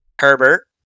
Herbert